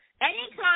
Anytime